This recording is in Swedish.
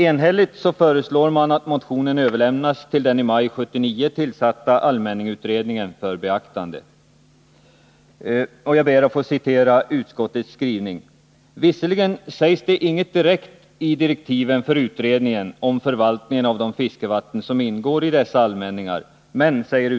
Enhälligt föreslår man att motionen överlämnas till den i maj 1979 tillsatta allmänningsutredningen för beaktande, och jag ber att få citera utskottets skrivning: ”TI direktiven för utredningen sägs intet direkt om förvaltningen av de fiskevatten som ingår i dessa allmänningar.